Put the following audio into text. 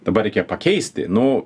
dabar reikia pakeisti nu